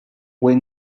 when